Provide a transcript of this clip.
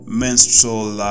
menstrual